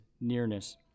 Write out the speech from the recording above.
nearness